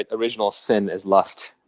ah original sin is lust.